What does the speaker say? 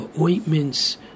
ointments